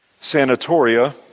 sanatoria